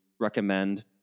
recommend